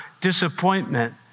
disappointment